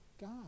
God